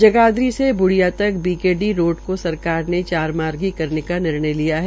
जगाधरी से बूडिया तक BKD road को सरकार ने चारमार्गीय करने का निर्णय लिया है